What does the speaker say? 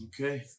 Okay